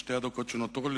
בשתי הדקות שנותרו לי,